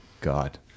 God